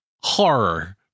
horror